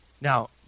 Now